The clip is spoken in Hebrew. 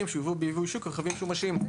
שמיובאים ביבוא אישי כרכבים משומשים.